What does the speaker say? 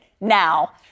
now